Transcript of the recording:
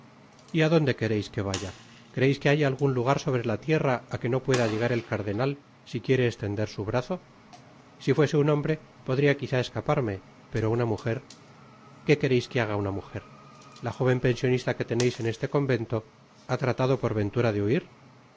á dónde quereis que vaya creeis que haya algun lugar sobre la tierra á que no pueda llegar el cardenal si quiere esten ler su brazo si fuese un hombre podria quizá escaparme pero una mujer qué quereisqne baga una mujer la jóven pensionista que teneis en este convento ba tratado por ventara de huir